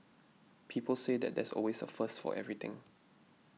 people say that there's always a first for everything